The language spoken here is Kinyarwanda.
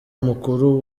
mukuru